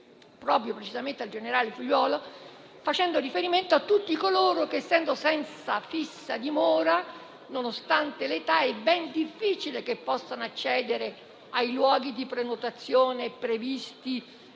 proprio al generale Figliuolo facendo riferimento a tutti coloro che, essendo senza fissa dimora, nonostante l'età è ben difficile che possano accedere ai luoghi di prenotazione previsti